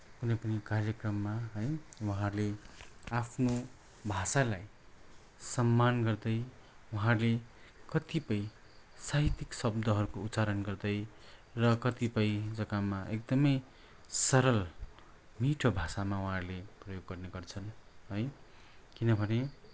कुनै पनि कार्यक्रममा है उहाँहरूले आफ्नो भाषालाई सम्मान गर्दै उहाँहरूले कतिपय साहित्यिक शब्दहरूको उच्चारण गर्दै र कतिपय जग्गामा एकदमै सरल मिठो भाषामा उहाँहरूले प्रयोग गर्ने गर्छन् है किनभने